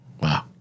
Wow